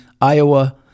Iowa